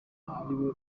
ariwe